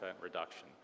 reduction